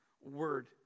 word